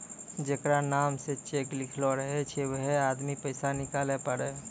जेकरा नाम से चेक लिखलो रहै छै वैहै आदमी पैसा निकालै पारै